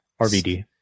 RVD